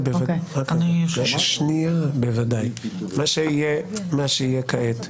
מה שיהיה כעת,